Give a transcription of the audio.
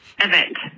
event